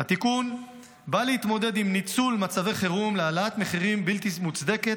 התיקון בא להתמודד עם ניצול מצבי חירום להעלאת מחירים בלתי מוצדקת